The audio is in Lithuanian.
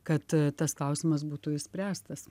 kad tas klausimas būtų išspręstas